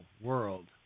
world